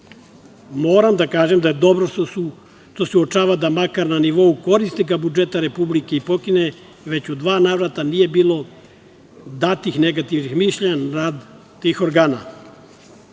98.Moram da kažem da je dobro što se uočava da makar na nivou korisnika budžeta Republike i pokrajine već u dva navrata nije bilo datih negativnih mišljenja na rad tih organa.